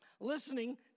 Listening